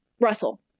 Russell